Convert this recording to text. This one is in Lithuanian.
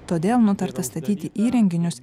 todėl nutarta statyti įrenginius